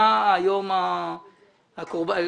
אתה היום כאן